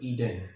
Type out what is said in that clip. Eden